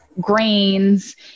grains